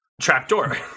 Trapdoor